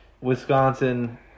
Wisconsin